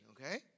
okay